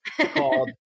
called